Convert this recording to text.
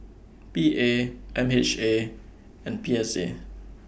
P A M H A and P S A